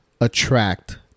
attract